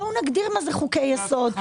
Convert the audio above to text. בואו נגדיר מה זה חוקי יסוד.